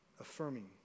affirming